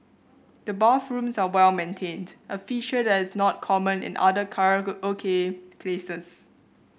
the bathrooms are well maintained a feature that is not common in other karaoke places